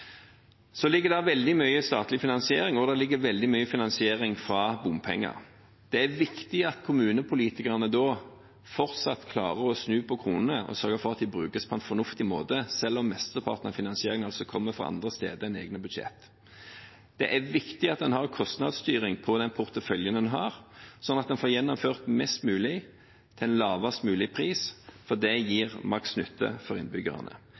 Så ligger det veldig mye statlig finansiering, og det ligger veldig mye finansiering fra bompenger. Det er viktig at kommunepolitikerne fortsatt klarer å snu på kronene og sørge for at de brukes på en fornuftig måte, selv om mesteparten av finansieringen altså kommer fra andre steder enn egne budsjetter. Det er viktig at en har kostnadsstyring når det gjelder den porteføljen en har, slik at en får gjennomført mest mulig til en lavest mulig pris. Det gir maks nytte for innbyggerne.